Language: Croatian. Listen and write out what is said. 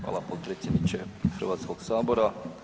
Hvala potpredsjedniče Hrvatskog sabora.